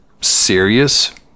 serious